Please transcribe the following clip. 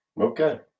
Okay